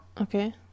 Okay